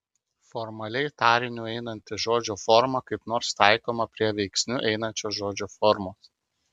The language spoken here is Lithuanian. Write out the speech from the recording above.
formaliai tariniu einanti žodžio forma kaip nors taikoma prie veiksniu einančios žodžio formos